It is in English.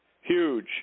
Huge